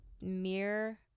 mirror